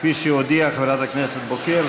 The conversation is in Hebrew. כפי שהודיעה חברת הכנסת בוקר,